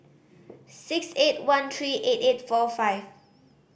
six eight one three eight eight four five